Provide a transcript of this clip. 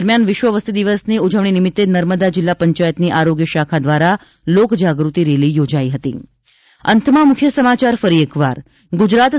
દરમિયાન વિશ્વ વસ્તી દિનની ઉજવણી નિમિત્તે નર્મદા જિલ્લા પંચાયતની આરોગ્ય શાખા દ્વારા લોકજાગૃતિ રેલી યોજાઈ ગઈ